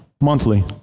monthly